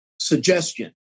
suggestion